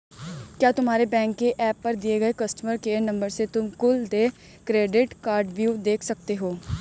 क्या तुम्हारे बैंक के एप पर दिए गए कस्टमर केयर नंबर से तुम कुल देय क्रेडिट कार्डव्यू देख सकते हो?